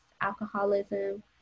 alcoholism